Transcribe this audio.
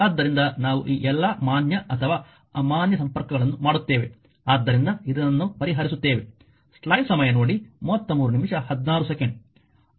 ಆದ್ದರಿಂದ ನಾವು ಈ ಎಲ್ಲಾ ಮಾನ್ಯ ಅಥವಾ ಅಮಾನ್ಯ ಸಂಪರ್ಕಗಳನ್ನು ಮಾಡುತ್ತೇವೆ ಆದ್ದರಿಂದ ಇದನ್ನು ಪರಿಹರಿಸುತ್ತೇವೆ